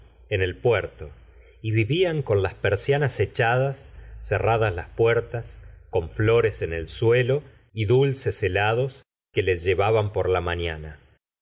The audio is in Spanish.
en el puerto y vivían con las persianas echadas cerradas las puertas con flores en el suelo y dulces helados que les llevaban por la mañana